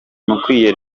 mukwiye